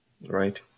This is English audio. right